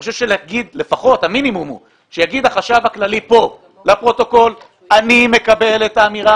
חושב שהמינימום הוא שיגיד החשב הכללי כאן לפרוטוקול שהוא מקבל את האמירה